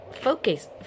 focus